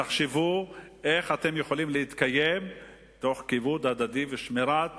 תחשבו איך אתם יכולים להתקיים תוך כיבוד הדדי ושמירת